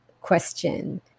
question